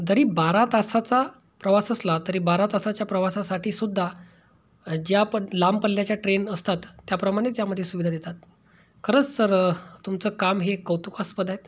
जरी बारा तासाचा प्रवास असला तरी बारा तासाच्या प्रवासासाठीसुद्धा ज्या प लांबपल्ल्याच्या ट्रेन असतात त्याप्रमाणे त्यामध्ये सुविधा देतात खरंच सर तुमचं काम हे कौतुकास्पद आहे